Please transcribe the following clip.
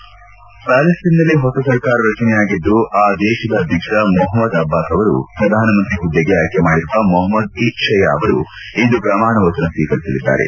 head ಪ್ಟಾಲೇಸ್ತೇನ್ನಲ್ಲಿ ಹೊಸ ಸರ್ಕಾರ ರಚನೆಯಾಗಿದ್ದು ಆ ದೇಶದ ಅಧ್ಯಕ್ಷ ಮಹಮದ್ ಅಬ್ಲಾಸ್ ಅವರು ಪ್ರಧಾನಮಂತ್ರಿ ಹುದ್ದೆಗೆ ಆಯ್ದೆ ಮಾಡಿರುವ ಮಹಮದ್ ಇಶ್ತಯ್ದ ಅವರು ಪ್ರಮಾಣ ವಚನ ಸ್ವೀಕರಿಸಿದ್ದಾರೆ